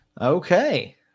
Okay